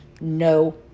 no